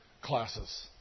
classes